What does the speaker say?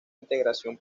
integración